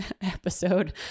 episode